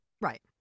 right